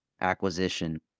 acquisition